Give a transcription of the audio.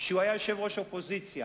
כשהוא היה יושב-ראש האופוזיציה